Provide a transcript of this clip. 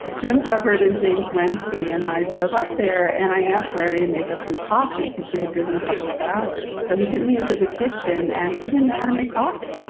jim hubbard and james, when he and i drove up there and i asked larry to make us some coffee because we had driven a couple of hours. so he took me into the kitchen and he didn't know how to make coffee.